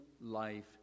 life